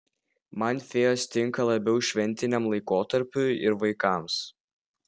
man fėjos tinka labiau šventiniam laikotarpiui ir vaikams